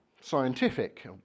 scientific